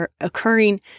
occurring